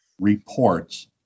reports